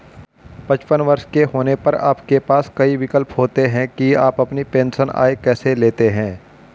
पचपन वर्ष के होने पर आपके पास कई विकल्प होते हैं कि आप अपनी पेंशन आय कैसे लेते हैं